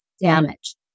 damage